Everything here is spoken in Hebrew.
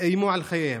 איימו על חייהם.